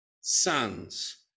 sons